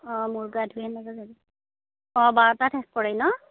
অ' মূৰ গা ধুই এনেকৈ যাবি অ' বাৰটাত শেষ কৰে ন